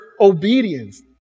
obedience